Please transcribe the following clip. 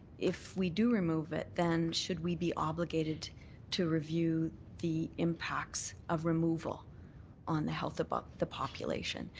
if we do remove it then should we be um old gaited to review the impacts of removal on the health of but the population?